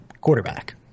Quarterback